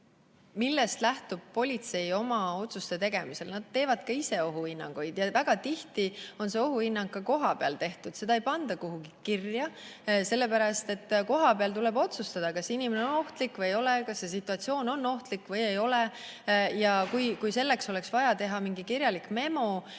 Millest lähtub politsei oma otsuste tegemisel? Nad teevad ka ise ohuhinnanguid ja väga tihti on see ohuhinnang kohapeal tehtud, seda ei panda kuhugi kirja, sellepärast et kohapeal tuleb otsustada, kas inimene on ohtlik või ei ole, kas situatsioon on ohtlik või ei ole. Kui selleks oleks vaja teha mingi kirjalik memo,